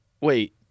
Wait